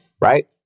right